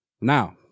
Now